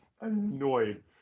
annoyed